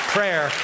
Prayer